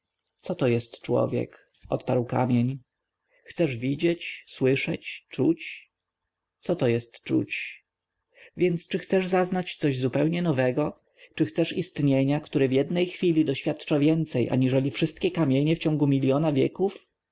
człowiekiem coto jest człowiek odparł kamień chcesz widzieć słyszeć czuć coto jest czuć więc czy chcesz zaznać coś zupełnie nowego czy chcesz istnienia które w jednej chwili doświadcza więcej aniżeli wszystkie kamienie w ciągu miliona wieków